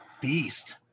beast